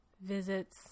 visits